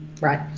Right